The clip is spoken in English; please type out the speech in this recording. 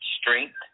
strength